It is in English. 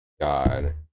god